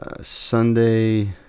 Sunday